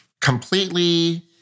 completely